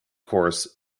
course